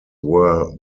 were